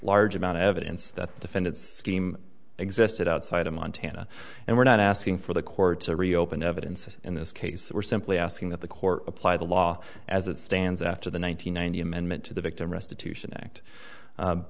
large amount of evidence that the defendant scheme existed outside of montana and we're not asking for the court to reopen evidence in this case we're simply asking that the court apply the law as it stands after the one nine hundred ninety amendment to the victim restitution act